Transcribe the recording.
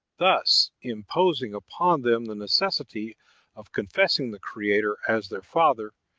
thus imposing upon them the necessity of confessing the creator as their father,